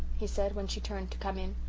he said, when she turned to come in,